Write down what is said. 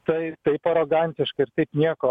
tai taip arogantiška ir taip nieko